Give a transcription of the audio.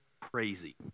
crazy